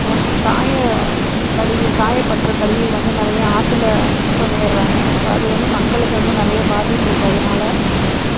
சாய கழிவு சாயப்பட்றை கழிவு வந்து நிறைய ஆற்றுல மிக்ஸ் பண்ணிடுறாங்க ஸோ அது வந்து மக்களுக்கு வந்து நிறைய பாதிப்பு இருக்கு அதனால